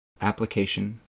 Application